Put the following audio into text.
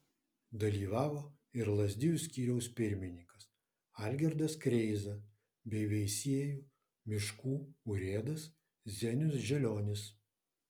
dalyvavo ir lazdijų skyriaus pirmininkas algirdas kreiza bei veisiejų miškų urėdas zenius želionis